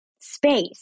space